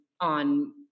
on